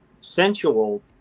sensual